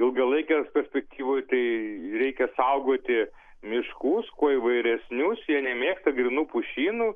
ilgalaikėj perspektyvoj tai reikia saugoti miškus kuo įvairesnius jie nemėgsta grynų pušynų